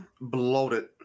bloated